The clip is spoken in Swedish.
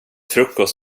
frukost